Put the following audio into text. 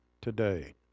today